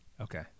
Okay